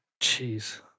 Jeez